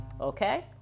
Okay